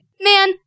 Man